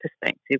perspective